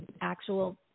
actual